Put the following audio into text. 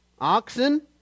oxen